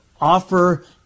offer